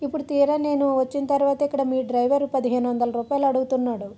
ఇప్పుడు తీరా నేను వచ్చిన తరువాత ఇక్కడ మీ డ్రైవర్ పదిహేను వందల రూపాయలు అడుగుతున్నాడు